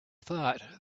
thought